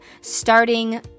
starting